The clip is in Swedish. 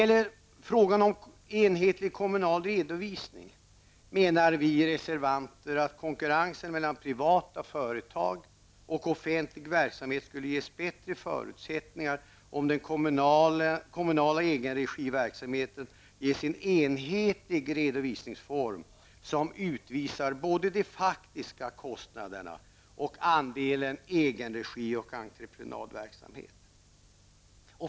I fråga om enhetlig kommunal redovisning menar vi reservanter att konkurrens mellan privata företag och offentlig verksamhet skulle ges bättre förutsättningar om den kommunala egenregiverksamheten ges en enhetlig redovisningsform, som utvisar både de faktiska kostnaderna och andelen egenregi och entreprenadverksamhet.